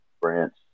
branch